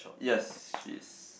yes she is